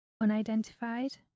unidentified